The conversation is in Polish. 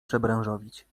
przebranżowić